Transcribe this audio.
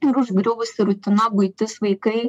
ir užgriuvusi rutina buitis vaikai